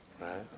right